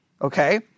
okay